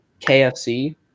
KFC